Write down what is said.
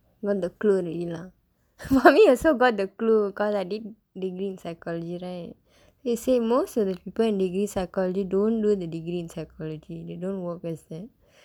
you want the clue already lah I mean I also got the clue cause I did degree in psychology right then they say most of the people in degree psychology they don't learn the degree in psychology they don't work as that